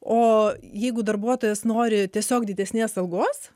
o jeigu darbuotojas nori tiesiog didesnės algos